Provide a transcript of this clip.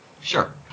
Sure